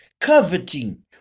coveting